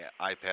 iPad